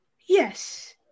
yes